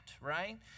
Right